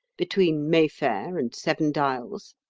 between mayfair and seven dials?